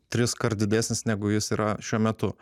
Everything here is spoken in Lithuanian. triskart didesnis negu jis yra šiuo metu